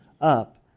up